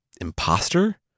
imposter